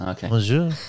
Bonjour